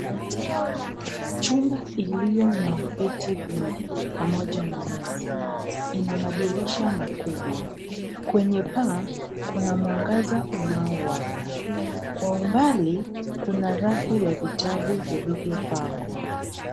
Chumba iliyo na viti vingi pamoja na meza ina madirisha makubwa. Kwenye paa kuna mwangaza unaowaka. Kwa umbali kuna rafu ya vitabu vilivyopangwa.